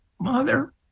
mother